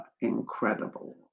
incredible